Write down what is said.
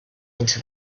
into